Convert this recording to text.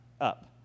up